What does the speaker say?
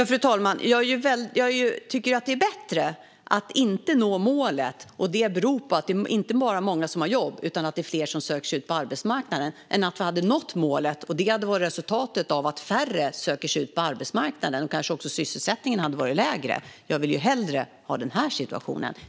Fru talman! Jag tycker att det är bättre att inte nå målet och att det beror inte bara på att många har jobb utan även på att det är fler som söker sig ut på arbetsmarknaden än att nå målet om det är resultatet av att färre söker sig ut på arbetsmarknaden och kanske att sysselsättningen är lägre. Jag vill hellre ha den här situationen.